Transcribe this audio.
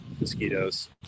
mosquitoes